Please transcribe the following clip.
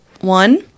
one